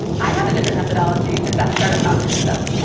i have a different methodology to assess start-up founders, though,